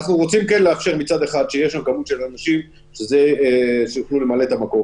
מצד אחד אנחנו רוצים לאפשר שתהיה כמות של אנשים שיוכלו למלא את המקום,